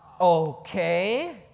Okay